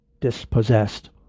dispossessed